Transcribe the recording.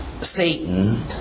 Satan